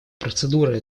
процедуры